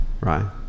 right